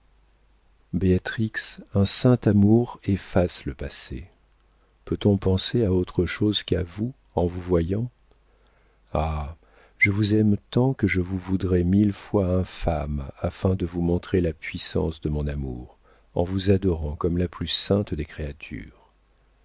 béatrix un saint amour efface le passé peut-on penser à autre chose qu'à vous en vous voyant ah je vous aime tant que je vous voudrais mille fois infâme afin de vous montrer la puissance de mon amour en vous adorant comme la plus sainte des créatures